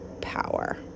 power